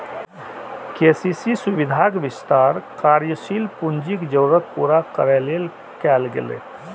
KCC सुविधाक विस्तार कार्यशील पूंजीक जरूरत पूरा करै लेल कैल गेलै